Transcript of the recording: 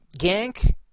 Gank